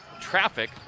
traffic